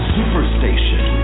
Superstation